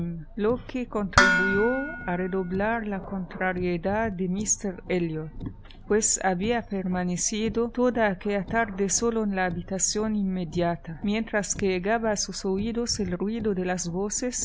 lo que contribuyó a redoblar la contrariedad de míster elliot pues había permanecido aquella tarde solo en la habitación inmediata mientras que llegaba a sus oídos el ruido de lao voces